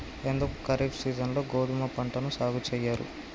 ఎందుకు ఖరీఫ్ సీజన్లో గోధుమ పంటను సాగు చెయ్యరు?